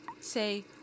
say